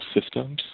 systems